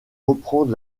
reprendre